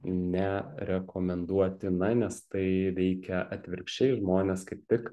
nerekomenduotina nes tai veikia atvirkščiai žmonės kaip tik